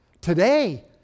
Today